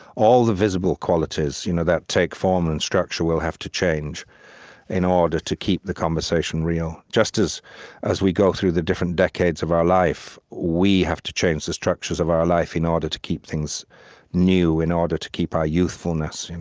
all the visible qualities you know that take form and structure will have to change in order to keep the conversation real. just as as we go through the different decades of our life, we have to change the structures of our life in order to keep things new, in order to keep our youthfulness.